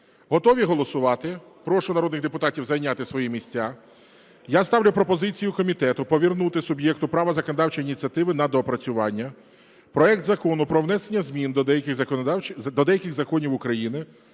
Готові голосувати? Прошу народних депутатів зайняти свої місця. Я ставлю пропозицію комітету - повернути суб'єкту права законодавчої ініціативи на доопрацювання проект Закону про внесення змін до деяких законів України